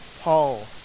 Paul